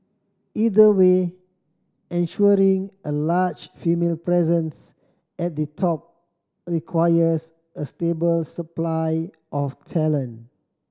either way ensuring a larger female presence at the top requires a stable supply of talent